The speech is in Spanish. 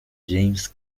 james